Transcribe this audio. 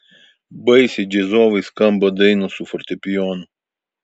baisiai džiazovai skamba dainos su fortepijonu